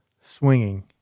swinging